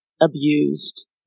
abused